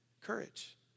courage